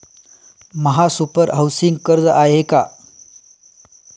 महासुपर हाउसिंग कर्ज आहे का?